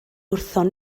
wrthon